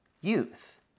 youth